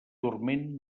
dorment